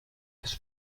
has